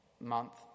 month